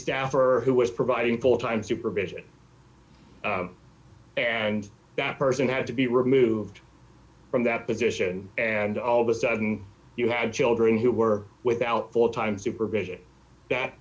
staffer who was providing full time supervision and that person had to be removed from that position and all of a sudden you had children who were without full time supervision that